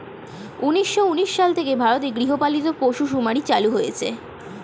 উন্নিশো উনিশ সাল থেকে ভারতে গৃহপালিত পশু শুমারি চালু হয়েছে